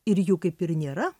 ir jų kaip ir nėra